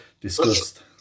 discussed